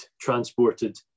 transported